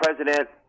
president